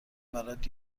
برات